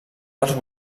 dels